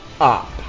up